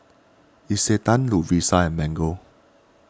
Isetan Lovisa and Mango